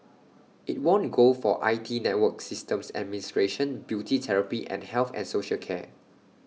IT won gold for I T network systems administration beauty therapy and health and social care